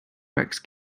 rex